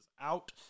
out